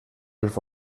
els